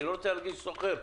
אני לא רוצה להרגיש סוחר בשוק.